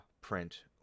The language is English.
print